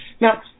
Now